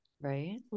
right